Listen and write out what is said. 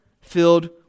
filled